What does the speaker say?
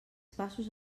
passos